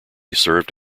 served